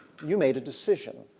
you made a decision.